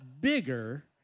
bigger